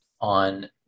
on